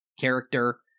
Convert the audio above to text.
character